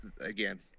again